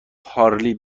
پارلی